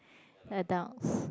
adults